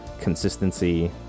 consistency